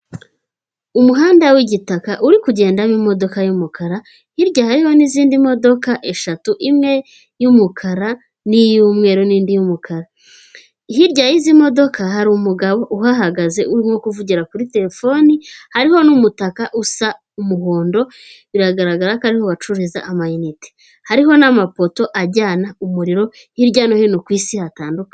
Umuhanda w'igitaka uri kugendamo imodoka y'umukara, hirya hariho n'izindi modoka eshatu, imwe y'umukara n'iy'umweru n'indi y'umukara hirya y'izi modoka hari umugabo uhahagaze urimo kuvugira kuri telefone, hariho n'umutaka usa umuhondo biragaragara ko ariho bacururiza amayinite hariho n'amapoto ajyana umuriro hirya no hino ku isi hatandukanye.